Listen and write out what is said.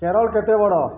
କେରଳ କେତେ ବଡ଼